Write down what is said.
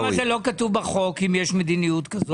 למה זה לא כתוב בחוק, אם יש מדיניות כזו?